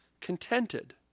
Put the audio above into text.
contented